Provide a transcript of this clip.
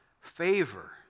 Favor